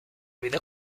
vida